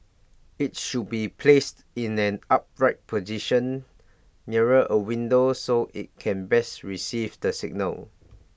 IT should be placed in an upright position near A window so IT can best receive the signal